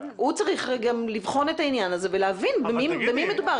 הוא צריך גם לבחון את העניין הזה ולהבין במי מדובר.